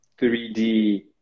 3D